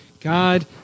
God